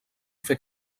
fer